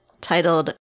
titled